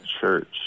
church